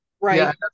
Right